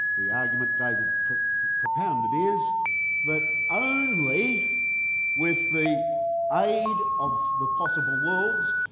the argument david propounded is that only with the aid of the possible worlds,